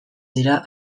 dira